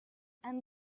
and